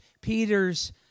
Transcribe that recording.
Peter's